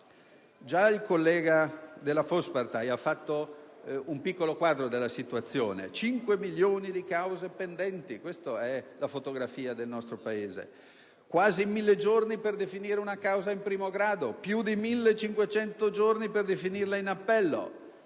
Già il collega Peterlini della Volkspartei ha fatto un piccolo quadro della situazione: 5 milioni di cause pendenti. Questa è la fotografia del nostro Paese: quasi 1.000 giorni per definire un causa in primo grado; più di 1.500 per definirla in appello.